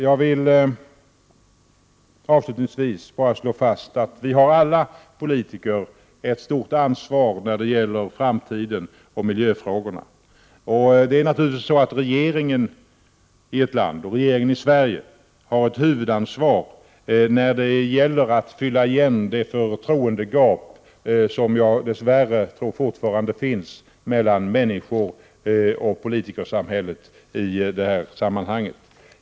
Jag vill avslutningsvis bara slå fast att alla politiker har ett stort ansvar när det gäller framtiden och miljöfrågorna. Det är naturligtvis så att regeringen har ett huvudansvar när det gäller att fylla igen det förtroendegap som dess värre, tror jag, fortfarande finns i det här sammanhanget mellan människorna och politikersamhället.